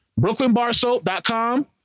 Brooklynbarsoap.com